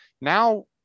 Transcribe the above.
Now